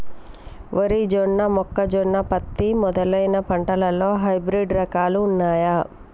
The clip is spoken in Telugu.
వరి జొన్న మొక్కజొన్న పత్తి మొదలైన పంటలలో హైబ్రిడ్ రకాలు ఉన్నయా?